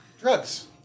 Drugs